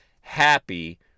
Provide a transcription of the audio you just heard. happy